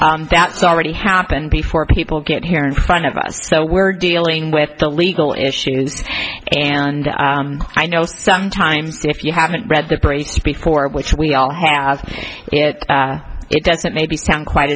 that's already happened before people get here in front of us so we're dealing with the legal issues and i know sometimes if you haven't read the briefs before which we all have it it doesn't maybe sound quite